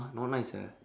!huh! not nice ah